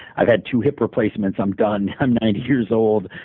i've had two hip replacements. i'm done. i'm ninety years old.